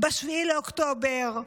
ב-7 באוקטובר,